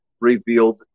revealed